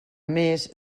més